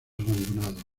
abandonado